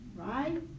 Right